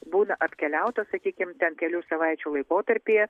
būna apkeliautos sakykim ten kelių savaičių laikotarpyje